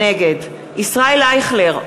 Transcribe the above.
נגד ישראל אייכלר,